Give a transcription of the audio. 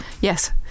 Yes